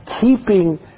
keeping